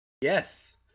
Yes